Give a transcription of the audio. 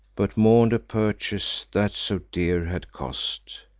but mourn'd a purchase that so dear had cost.